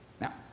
Now